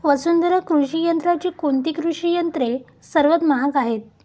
वसुंधरा कृषी यंत्राची कोणती कृषी यंत्रे सर्वात महाग आहेत?